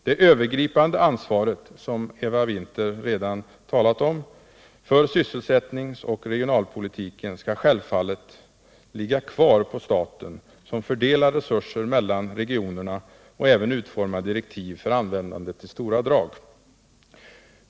Det övergripande ansvaret för sysselsättningsoch regionalpolitiken, som Eva Winther redan talat om, skall självfallet ligga kvar på staten, som fördelar resurser mellan regionerna och även utformar direktiv för användandet i stora drag.